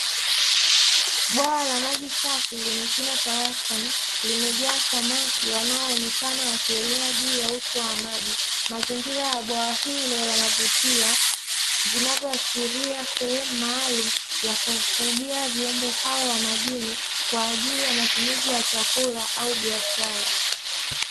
Bwawa la maji safi lenye kina cha wastani, limejaa samaki wanaoonekana wakielea juu ya uso wa maji. Mazingira ya bwawa hilo yanavutia, vinayoashiria sehemu maalumu ya kufugia viumbe hawa wa majini kwaajili ya matumizi ya chakula au biashara.